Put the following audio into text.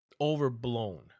overblown